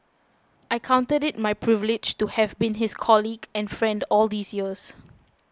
I counted it my privilege to have been his colleague and friend all these years